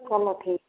चलो ठीक है